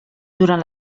durant